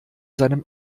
seinem